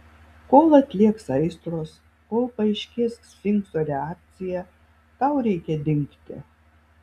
kol atlėgs aistros kol paaiškės sfinkso reakcija tau reikia dingti